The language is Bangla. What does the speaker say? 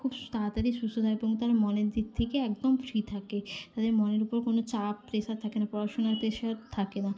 খুব স্ তাড়াতাড়ি সুস্থ থাকবে এবং তারা মনের দিক থেকে একদম ফ্রি থাকে তাদের মনের উপর কোনো চাপ প্রেশার থাকে না পড়াশুনার প্রেশার থাকে না